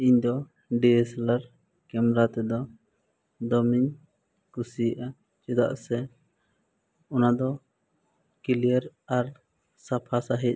ᱤᱧ ᱫᱚ DSLR camera ᱛᱮᱫᱚ ᱫᱚᱢᱮᱧ ᱠᱩᱥᱤᱭᱟᱜᱼᱟ ᱪᱮᱫᱟᱜ ᱥᱮ ᱚᱱᱟ ᱫᱚ ᱠᱞᱤᱭᱟᱨ ᱟᱨ ᱥᱟᱯᱷᱟ ᱥᱟᱹᱦᱤᱡ